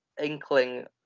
inkling